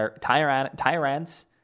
tyrant's